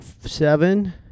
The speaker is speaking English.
seven